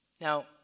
Now